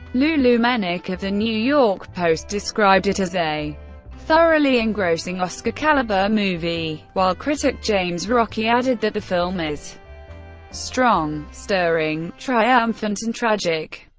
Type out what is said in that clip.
lou lumenick of the new york post described it as a thoroughly engrossing oscar-caliber movie, while critic james rocchi added that the film is strong, stirring, triumphant and tragic.